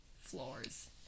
floors